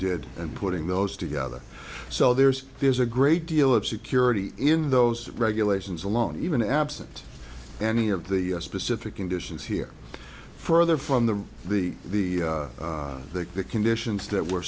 did and putting those together so there's there's a great deal of security in those regulations alone even absent any of the specific conditions here further from the the the the the conditions that were